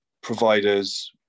providers